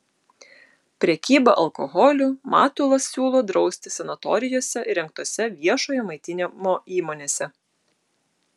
prekybą alkoholiu matulas siūlo drausti sanatorijose įrengtose viešojo maitinimo įmonėse